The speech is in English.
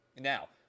Now